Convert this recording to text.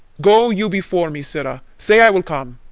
go you before me, sirrah say i will come.